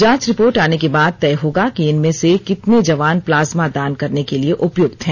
जांच रिपोर्ट आने के बाद तय होगा कि इनमें से कितने जवान प्लाज्मा दान करने के लिए उपयुक्त हैं